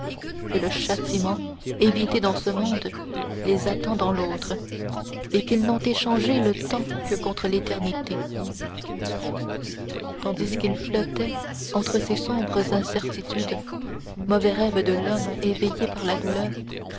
que le châtiment évité dans ce monde les attend dans l'autre et qu'ils n'ont échangé le temps que contre l'éternité tandis qu'il flottait entre ces sombres incertitudes mauvais rêve de l'homme éveillé par la douleur